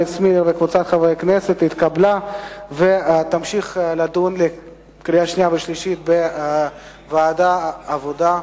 נתקבלה ותעבור לדיון לקראת קריאה שנייה ושלישית לוועדת העבודה,